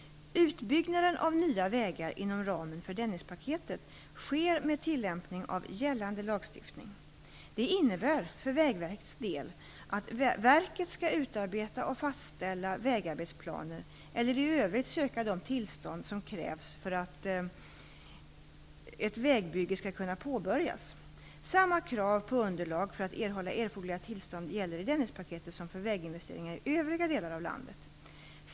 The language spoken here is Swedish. Utbyggnaden av nya vägar inom ramen för Dennispaketet sker med tillämpning av gällande lagstiftning. Det innebär för Vägverkets del att verket skall utarbeta och fastställa vägarbetsplaner eller i övrigt söka de tillstånd som krävs för att ett vägbygge skall kunna påbörjas. Samma krav på underlag för att erhålla erforderliga tillstånd gäller i Dennispaketet som för väginvesteringar i övriga delar av landet.